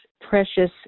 precious